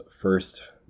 First